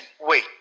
Wait